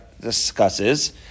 discusses